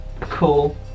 Cool